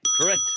Correct